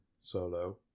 Solo